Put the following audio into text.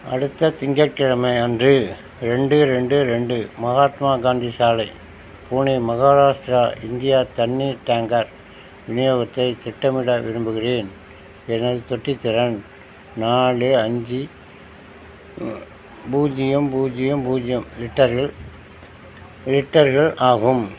அடுத்த திங்கட்கிழமை அன்று ரெண்டு ரெண்டு ரெண்டு மகாத்மா காந்தி சாலை பூனே மகாராஷ்ட்ரா இந்தியா தண்ணீர் டேங்கர் விநியோகத்தை திட்டமிட விரும்புகிறேன் எனது தொட்டித் திறன் நாலு அஞ்சு பூஜ்ஜியம் பூஜ்ஜியம் பூஜ்ஜியம் லிட்டர்கள் லிட்டர்கள் ஆகும்